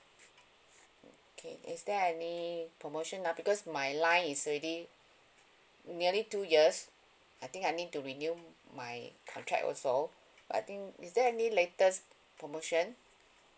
okay is there any promotion now because my line is already nearly two years I think I need to renew my contract also I think is there any latest promotion